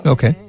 Okay